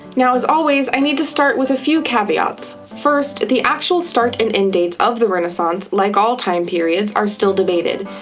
now, as always, i need to start with a few caveats. first, the actual start and end dates of the renaissance, like all time periods, are still debated.